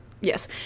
yes